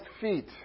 feet